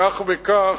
כך וכך,